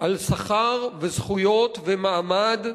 על שכר וזכויות ומעמד,